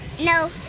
No